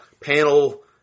panel